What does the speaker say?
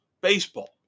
baseball